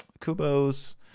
Kubo's